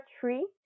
three